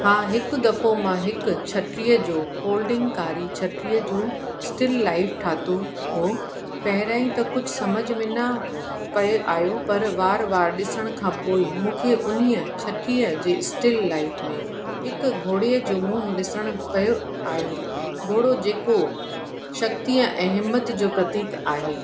हा हिकु दफ़ो मां हिकु छटीह जो फोलिडींगकारी छटीह जो स्टिल लाइफ ठाहियो हुओ पहिरियों त कुझ समझ में न पै आहियो पर वार वार ॾिसण खां पोइ मूंखे उन छटीह जे स्टिल लाइफ में हिकु घोड़े जो मुंहं ॾिसण पियो आहियो घोड़ो जेको शक्तिअ ऐं हिमत जो प्रतीक आहे